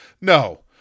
No